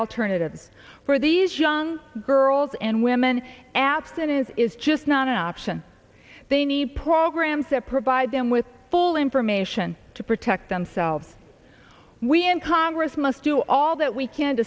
alternatives for these young girls and women abstinence is just not an option they need programs that provide them with full information to protect themselves we in congress must do all that we can